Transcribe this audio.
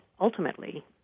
ultimately